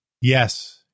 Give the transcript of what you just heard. Yes